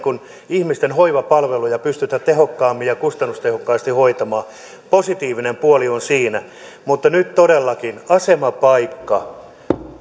ihmisten hoivapalveluja pystyttäisi tehokkaammin ja kustannustehokkaasti hoitamaan positiivinen puoli on siinä mutta nyt todellakin asemapaikka